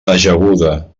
ajaguda